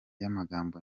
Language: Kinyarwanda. y’amagambo